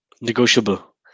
negotiable